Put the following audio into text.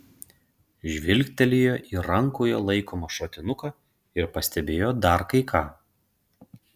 žvilgtelėjo į rankoje laikomą šratinuką ir pastebėjo dar kai ką